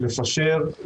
לפשר,